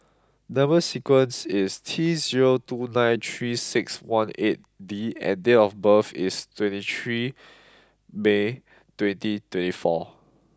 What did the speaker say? number sequence is T zero two nine three six one eight D and date of birth is twenty three May twenty twenty four